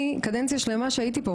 שקדנציה שלמה שהייתי פה,